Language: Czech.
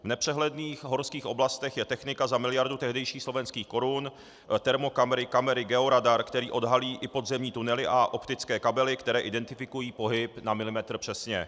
V nepřehledných horských oblastech je technika za miliardu tehdejších slovenských korun, termokamery, kamery, georadar, který odhalí i podzemní tunely, a optické kabely, které identifikují pohyb na milimetr přesně.